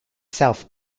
south